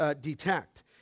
detect